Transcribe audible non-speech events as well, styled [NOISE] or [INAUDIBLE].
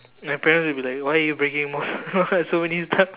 my parents will be like why you breaking more [LAUGHS] stuff so many stuff